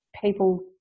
people